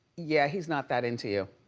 yeah, he's not that into you.